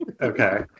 Okay